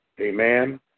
Amen